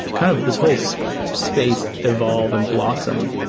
kind of this whole so space evolve and blossom.